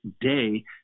day